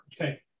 okay